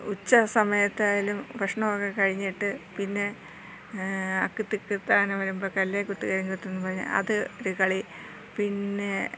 ഉച്ച സമയത്തായാലും ഭക്ഷണമൊക്കെ കഴിഞ്ഞിട്ട് പിന്നെ അക്കുത്തിത്താന വരുമ്പത്ത് എന്ന് കല്ലേ കുത്ത് കരിങ്കുത്ത് എന്നു പറഞ്ഞ അത് ഒരു കളി പിന്നെ